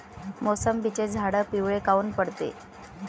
मोसंबीचे झाडं पिवळे काऊन पडते?